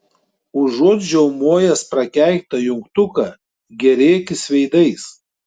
užuot žiaumojęs prakeiktą jungtuką gėrėkis veidais